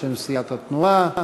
בשם סיעת התנועה.